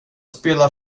spelar